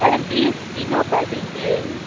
अरे बीस किलो कर दीजिए